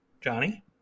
Johnny